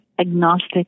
agnostic